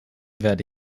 werde